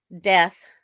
death